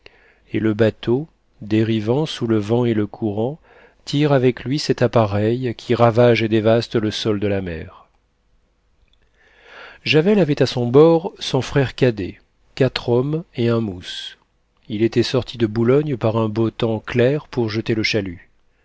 et le bateau dérivant sous le vent et le courant tire avec lui cet appareil qui ravage et dévaste le sol de la mer javel avait à son bord son frère cadet quatre hommes et un mousse il était sorti de boulogne par un beau temps clair pour jeter le chalut